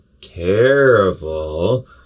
terrible